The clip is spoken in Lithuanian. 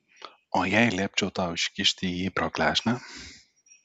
o jei liepčiau tau iškišti jį pro klešnę